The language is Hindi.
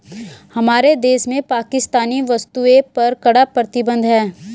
हमारे देश में पाकिस्तानी वस्तुएं पर कड़ा प्रतिबंध हैं